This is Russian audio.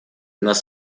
нас